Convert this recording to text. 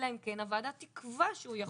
אלא אם כן הוועדה תקבע שהוא יכול.